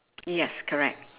yes correct